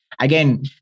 Again